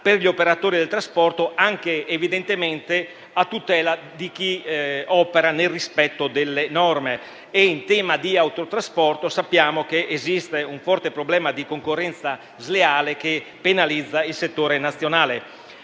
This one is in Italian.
per gli operatori del trasporto, anche evidentemente a tutela di chi opera nel rispetto delle norme. Sappiamo infatti che in tema di autotrasporto esiste un forte problema di concorrenza sleale, che penalizza il settore nazionale.